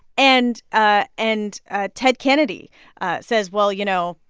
and ah and ah ted kennedy says, well, you know,